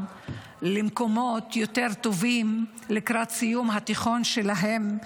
למקומות יותר טובים לקראת סיום התיכון שלהם,